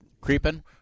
creeping